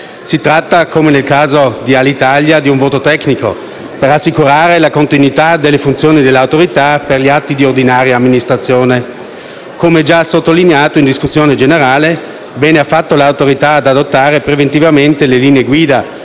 Si tratta, come nel caso di Alitalia, di un voto tecnico per assicurare la continuità delle funzioni dell'Autorità per gli atti di ordinaria amministrazione. Come già sottolineato in discussione generale, bene ha fatto l'Autorità ad adottare preventivamente le linea guida